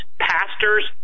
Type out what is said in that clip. pastors